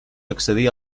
accedir